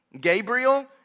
Gabriel